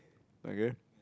okay